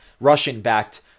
Russian-backed